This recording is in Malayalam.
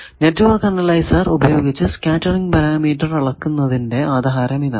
നെറ്റ്വർക്ക് അനലൈസർ ഉപയോഗിച്ച് സ്കേറ്ററിങ് പാരാമീറ്റർ അളക്കുന്നതിന്റെ ആധാരം ഇതാണ്